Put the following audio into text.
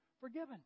forgiven